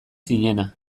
zinena